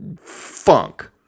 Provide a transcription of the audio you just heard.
funk